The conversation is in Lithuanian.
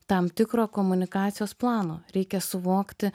tam tikro komunikacijos plano reikia suvokti